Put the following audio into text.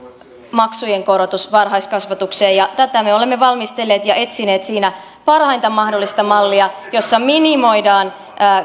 maksujen korotus varhaiskasvatukseen ja tätä me olemme valmistelleet ja etsineet siinä parhainta mahdollista mallia jossa minimoidaan